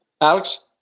Alex